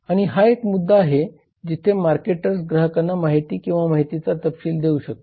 आणि हा एक मुद्दा आहे जिथे मार्केटर्स ग्राहकांना माहिती किंवा माहितीचा तपशील देऊ शकतात